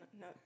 no